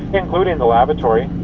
including the lavatory.